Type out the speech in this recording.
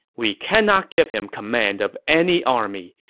we cannot give him command of any army.